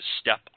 step